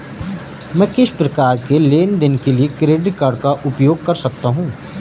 मैं किस प्रकार के लेनदेन के लिए क्रेडिट कार्ड का उपयोग कर सकता हूं?